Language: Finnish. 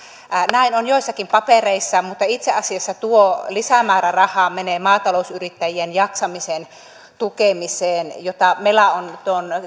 näin on joissakin papereissa mutta itse asiassa tuo lisämääräraha menee maatalousyrittäjien jaksamisen tukemiseen jota mela on